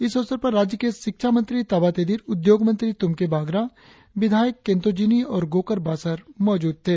इस अवसर पर राज्य के शिक्षा मंत्री ताबा तेदिर उद्योग मंत्री तुमके बागरा विधायक केंतों जिनी और गोकर बासर मौजूद थे